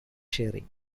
sharing